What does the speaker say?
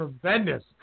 tremendous